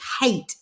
hate